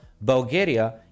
Bulgaria